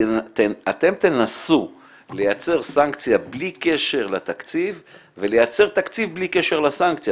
אתם תנסו לייצר סנקציה בלי קשר לתקציב ולייצר תקציב בלי קשר לסנקציה.